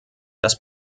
das